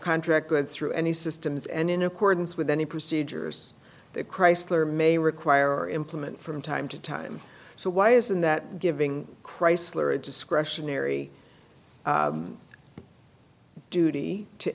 contract goods through any systems and in accordance with any procedures that chrysler may require implement from time to time so why isn't that giving chrysler a discretionary duty to